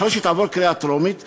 אחרי שהיא תעבור קריאה טרומית,